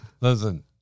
listen